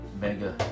mega